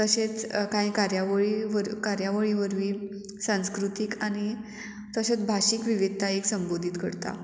तशेंच कांय कार्यावळी वर कार्यावळी वरवीं सांस्कृतीक आनी तशेंच भाशीक विविधतायेक संबोदीत करता